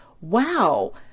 wow